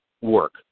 work